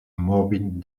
morbid